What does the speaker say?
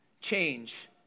change